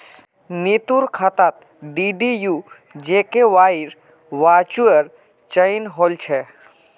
नीतूर खातात डीडीयू जीकेवाईर वाउचर चनई होल छ